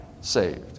saved